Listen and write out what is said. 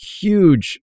huge